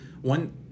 one